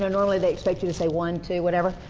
normally they expect you to say one, two, whatever,